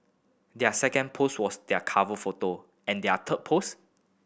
their second post was their cover photo and their third post